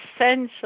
essential